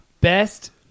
Best